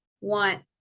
want